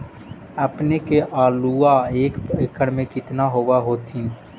अपने के आलुआ एक एकड़ मे कितना होब होत्थिन?